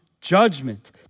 judgment